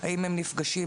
האם הם נפגשים,